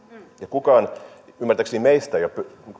ja ymmärtääkseni kukaan meistä ei ole